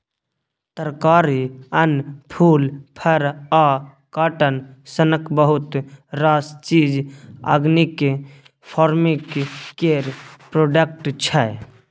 तरकारी, अन्न, फुल, फर आ काँटन सनक बहुत रास चीज आर्गेनिक फार्मिंग केर प्रोडक्ट छै